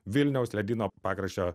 vilniaus ledyno pakraščio